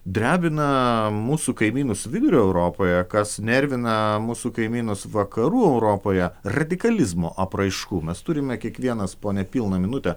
drebina mūsų kaimynus vidurio europoje kas nervina mūsų kaimynus vakarų europoje radikalizmo apraiškų mes turime kiekvienas po nepilną minutę